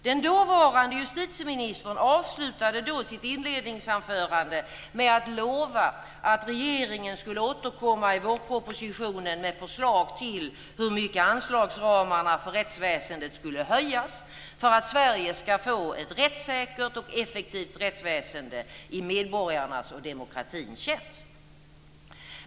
Den dåvarande justitieministern avslutade då sitt inledningsanförande med att lova att regeringen skulle återkomma i vårpropositionen med förslag till hur mycket anslagsramarna för rättsväsendet skulle höjas för att Sverige ska få ett rättssäkert och effektivt rättsväsende i medborgarnas och demokratins tjänst.